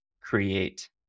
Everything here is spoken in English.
create